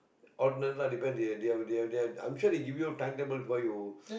alternate lah depend they they they I'm sure they give you timetable before you